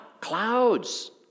clouds